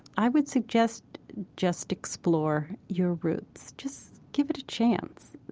i would suggest just explore your roots, just give it a chance.